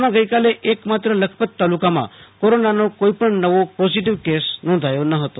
જિલ્લામાં ગઈકાલે એકમાત્ર લખપત તાલુકામાં કોરોનાનો કોઈ નવો કેસ નોંધાયો ન હતો